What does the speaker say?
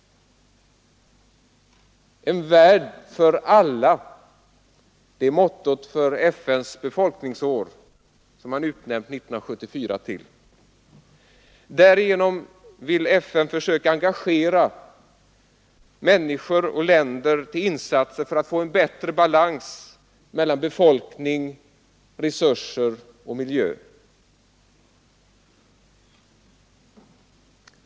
En värld för alla — det är mottot för FN:s befolkningsår, som man utnämnt 1974 till. Därigenom vill FN försöka engagera människor och länder till insatser för att få en bättre balans mellan befolkning, resurser och miljö.